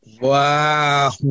Wow